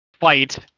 Fight